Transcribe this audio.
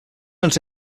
els